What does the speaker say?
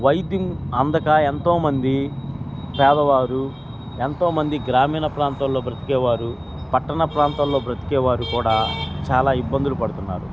వైద్యం అందక ఎంతోమంది పేదవారు ఎంతోమంది గ్రామీణ ప్రాంతల్లో బ్రతికేవారు పట్టణ ప్రాంతల్లో బ్రతికేవారు కూడా చాలా ఇబ్బందులు పడుతున్నారు